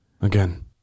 Again